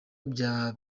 bya